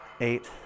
eight